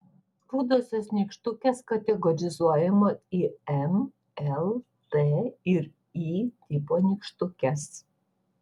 rudosios nykštukės kategorizuojamos į m l t ir y tipo nykštukes